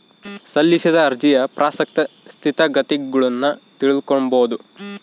ಸಲ್ಲಿಸಿದ ಅರ್ಜಿಯ ಪ್ರಸಕ್ತ ಸ್ಥಿತಗತಿಗುಳ್ನ ತಿಳಿದುಕೊಂಬದು